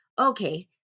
Okay